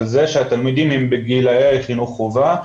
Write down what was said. על זה שהתלמידים הם בגילאי חינוך חובה.